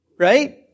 Right